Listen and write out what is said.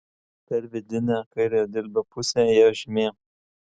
per vidinę kairiojo dilbio pusę ėjo žymė